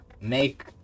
Make